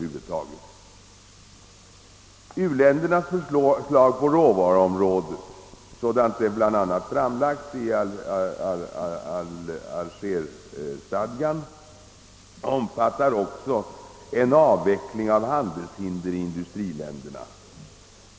U-ländernas förslag beträffande råvaruområdet — sådant det bl.a. framlagts i Alger-stadgan — omfattar också en avveckling av handelshinder i industriländerna.